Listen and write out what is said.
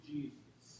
Jesus